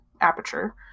Aperture